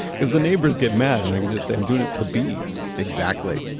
because the neighbors get mad, and i can just say i'm doing it for the bees exactly